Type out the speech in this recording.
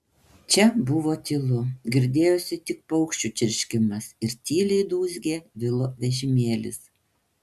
čia buvo tylu girdėjosi tik paukščių čirškimas ir tyliai dūzgė vilo vežimėlis